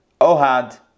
Ohad